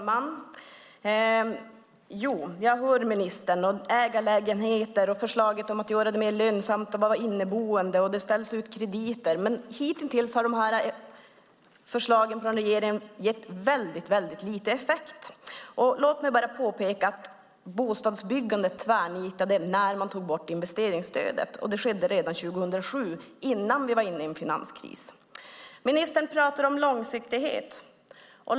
Herr talman! Jag hör ministern. Det handlar om ägarlägenheter och om förslaget om att göra det mer lönsamt att vara inneboende. Det ställs ut krediter. Men hitintills har förslagen från regeringen gett liten effekt. Låt mig bara påpeka att bostadsbyggande tvärnitade när man tog bort investeringsstödet. Det skedde redan 2007, innan vi var inne i en finanskris. Ministern talar om långsiktighet.